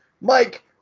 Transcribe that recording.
mike